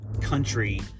country